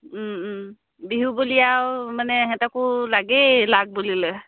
বিহু বুলি আৰু মানে সিহঁতকো লাগেই লাগ বুলিলে